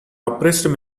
oppressed